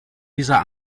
dieser